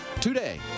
Today